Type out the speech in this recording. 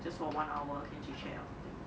just for one hour can chit chat or something